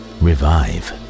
revive